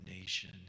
nation